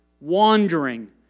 wandering